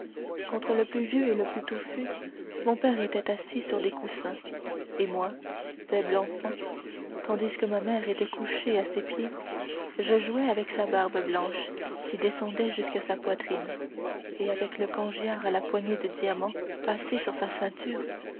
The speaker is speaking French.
contre le plus vieux et le plus touffu mon père était assis sur des coussins et moi faible enfant tandis que ma mère était couchée à ses pieds je jouais avec sa barbe blanche qui descendait sur sa poitrine et avec le cangiar à la poignée de diamant passé à sa ceinture